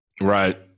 Right